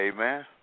Amen